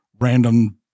random